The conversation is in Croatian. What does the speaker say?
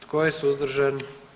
Tko je suzdržan?